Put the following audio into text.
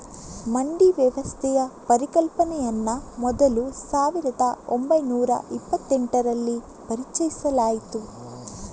ಮಂಡಿ ವ್ಯವಸ್ಥೆಯ ಪರಿಕಲ್ಪನೆಯನ್ನ ಮೊದಲು ಸಾವಿರದ ಒಂಬೈನೂರ ಇಪ್ಪತೆಂಟರಲ್ಲಿ ಪರಿಚಯಿಸಲಾಯ್ತು